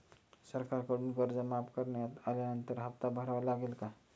सरकारकडून कर्ज माफ करण्यात आल्यानंतर हप्ता भरावा लागेल का?